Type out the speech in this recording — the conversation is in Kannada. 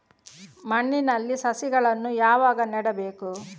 ಮಣ್ಣಿನಲ್ಲಿ ಸಸಿಗಳನ್ನು ಯಾವಾಗ ನೆಡಬೇಕು?